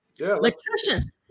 Electrician